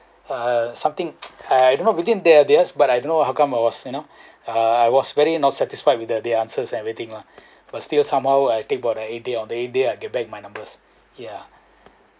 uh something I don't know within their their but I don't know how come I was you know uh I was very not satisfied with their answers and everything lah but still somehow I take about eight days to get back my number yeah